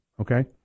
okay